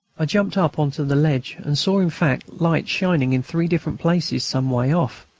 jumped up on to the ledge and saw, in fact, lights shining in three different places some way off.